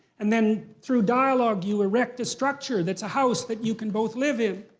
and then, through dialogue, you erect a structure that's a house that you can both live in.